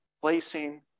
placing